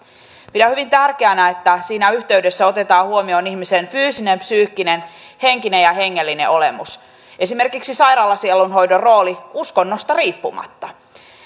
pidän hyvin tärkeänä että siinä yhteydessä otetaan huomioon ihmisen fyysinen psyykkinen henkinen ja hengellinen olemus esimerkiksi sairaalasielunhoidon rooli uskonnosta riippumatta